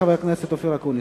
חבר הכנסת אופיר אקוניס.